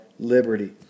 liberty